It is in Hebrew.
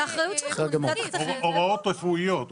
הוראות רפואיות.